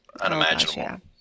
unimaginable